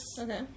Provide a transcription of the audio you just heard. Okay